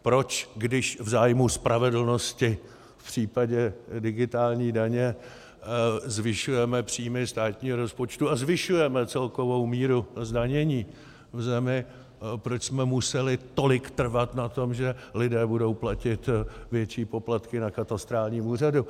Proč, když v zájmu spravedlnosti v případě digitální daně zvyšujeme příjmy státního rozpočtu a zvyšujeme celkovou míru zdanění v zemi, proč jsme museli tolik trvat na tom, že lidé budou platit větší poplatky na katastrálním úřadu?